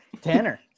Tanner